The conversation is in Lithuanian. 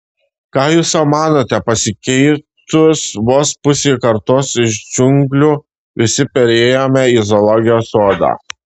ką jūs sau manote pasikeitus vos pusei kartos iš džiunglių visi perėjome į zoologijos sodą